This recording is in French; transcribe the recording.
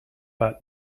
pas